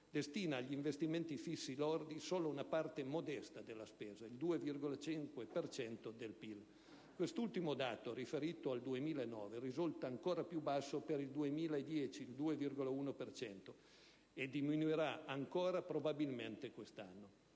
destina agli investimenti fissi lordi solo una parte modesta della spesa (2,5 per cento del PIL). Quest'ultimo dato, riferito al 2009, risulta ancora più basso per il 2010 (2,1 per cento) e diminuirà ancora probabilmente quest'anno.